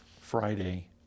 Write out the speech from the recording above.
Friday